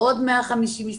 עוד 150 משפחות,